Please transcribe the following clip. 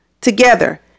together